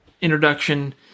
introduction